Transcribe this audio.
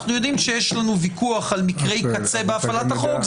אנחנו יודעים שיש לנו ויכוח על מקרי קצה בהפעלת החוק,